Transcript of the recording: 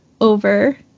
over